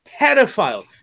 pedophiles